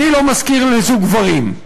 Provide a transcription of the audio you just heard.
אני לא משכיר לזוג גברים.